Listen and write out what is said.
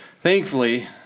Thankfully